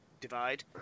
divide